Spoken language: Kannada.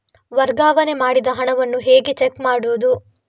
ವರ್ಗಾವಣೆ ಮಾಡಿದ ಹಣವನ್ನು ಹೇಗೆ ಚೆಕ್ ಮಾಡುವುದು?